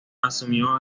asumió